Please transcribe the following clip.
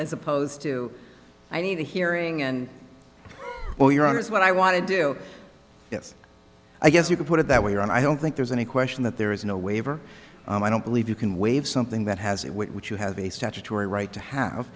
as opposed to i need a hearing and well your honor is what i want to do yes i guess you could put it that way and i don't think there's any question that there is no waiver and i don't believe you can waive something that has it which you have a statutory right to have